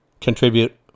contribute